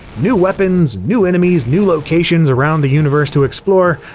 new weapons, new enemies, new locations around the universe to explore,